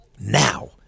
Now